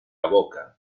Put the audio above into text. boca